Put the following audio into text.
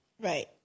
right